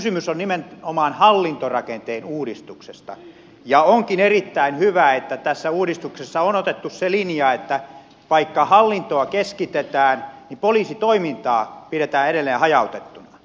kysymys on nimenomaan hallintorakenteen uudistuksesta ja onkin erittäin hyvä että tässä uudistuksessa on otettu se linja että vaikka hallintoa keskitetään niin poliisitoimintaa pidetään edelleen hajautettuna